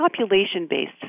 population-based